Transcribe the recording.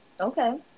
Okay